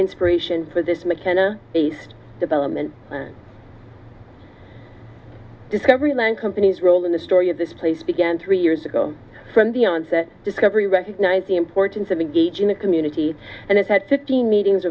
inspiration for this mckenna based development discovery land companies role in the story of this place began three years ago from the onset discovery recognize the importance of engaging the community and it had fifteen meetings